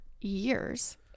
years